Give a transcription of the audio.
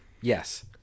Yes